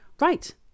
Right